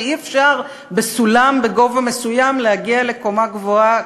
שאי-אפשר בסולם בגובה מסוים להגיע לקומה גבוהה,